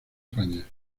españa